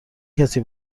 کسی